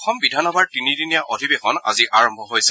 অসম বিধান সভাৰ তিনিদিনীয়া অধিবেশন আজি আৰম্ভ হৈছে